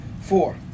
Four